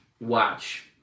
Watch